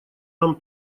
нам